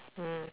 mm